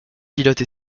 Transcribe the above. pilote